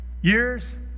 Years